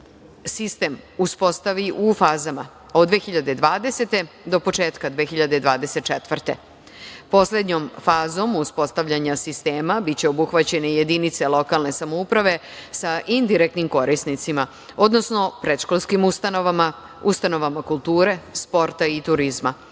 sistem uspostavi u fazama od 2020. do početka 2024. godine. Poslednjom fazom uspostavljanja sistema biće obuhvaćene jedinice lokalne samouprave sa indirektnim korisnicima, odnosno, predškolskim ustanovama, ustanovama kulture, sporta i turizma. Od